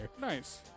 Nice